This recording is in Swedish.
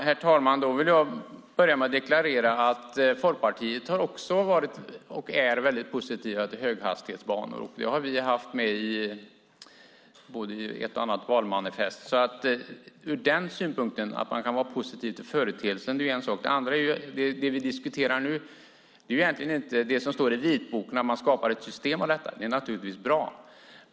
Herr talman! Jag vill deklarera att också vi i Folkpartiet har varit och är mycket positiva till höghastighetsbanor. Det där har vi haft med i ett och annat valmanifest. Att man kan vara positiv till företeelsen som sådan är en sak. En annan sak är att det vi diskuterar nu egentligen inte är det som står i vitboken. Att man skapar ett system för detta är naturligtvis bra.